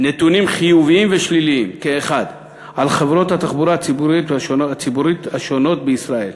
נתונים חיוביים ושליליים כאחד על חברות התחבורה הציבורית השונות בישראל.